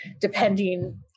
depending